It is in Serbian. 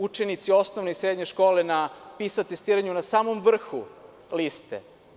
Učenici osnovne i srednje škole na PISA testiranju su u samom vrhu liste.